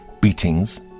beatings